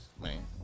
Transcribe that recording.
man